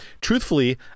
truthfully